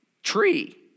Tree